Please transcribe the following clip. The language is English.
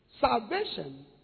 salvation